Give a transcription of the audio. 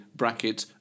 brackets